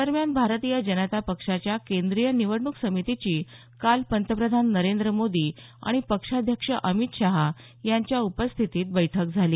दरम्यान भारतीय जनता पक्षाच्या केंद्रीय निवडणूक समितीची काल पंतप्रधान नरेंद्र मोदी आणि पक्षाध्यक्ष अमित शहा यांच्या उपस्थितीत काल दिल्लीत बैठक झाली